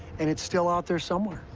and it's still out there somewhere.